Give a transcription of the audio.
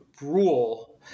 rule